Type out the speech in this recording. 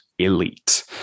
elite